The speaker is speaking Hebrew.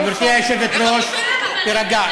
גברתי היושבת-ראש, תירגע.